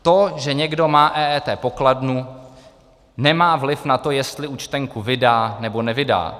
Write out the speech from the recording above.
To, že někdo má EET pokladnu, nemá vliv na to, jestli účtenku vydá, nebo nevydá.